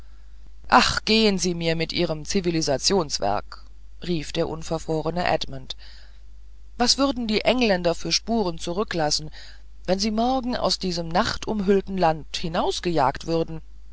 ach gehen sie mir mit ihrem zivilisationswerk rief der unverfrorene edmund was würden die engländer für spuren zurücklassen wenn sie morgen aus diesem nachtumhüllten land hinausgejagt würden